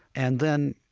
and then,